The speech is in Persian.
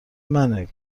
منه